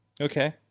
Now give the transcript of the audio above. Okay